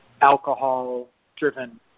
alcohol-driven